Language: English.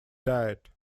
diet